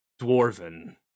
dwarven